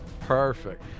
perfect